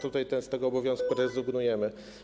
Tutaj z tego obowiązku rezygnujemy.